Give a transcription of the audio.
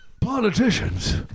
politicians